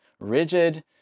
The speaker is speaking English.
rigid